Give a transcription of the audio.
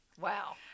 Wow